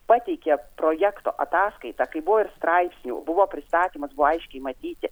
pateikė projekto ataskaitą kaip buvo ir straipsnių buvo pristatymas buvo aiškiai matyti